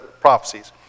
prophecies